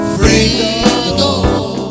Freedom